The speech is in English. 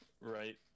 right